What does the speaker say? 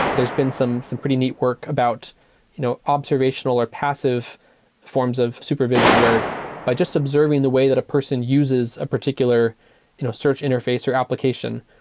there's been some some pretty neat work about you know observational or passive forms of supervision, where by just observing the way that a person uses a particular you know search interface or application,